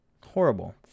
Horrible